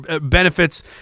benefits